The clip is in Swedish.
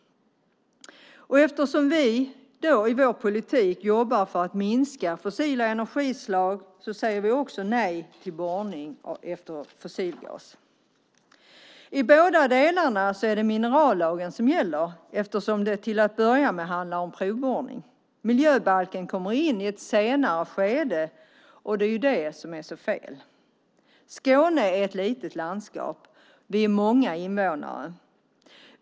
Eftersom vi i vår politik jobbar för att minska fossila energislag säger vi nej till borrning av fossilgas. I båda fallen är det minerallagen som gäller eftersom det till att börja med handlar om provborrning. Miljöbalken kommer in i ett senare skede, och det är det som är så fel. Skåne är ett litet landskap med många invånare.